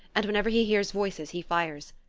and whenever he hears voices he fires.